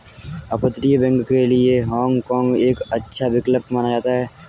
अपतटीय बैंक के लिए हाँग काँग एक अच्छा विकल्प माना जाता है